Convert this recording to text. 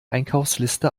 einkaufsliste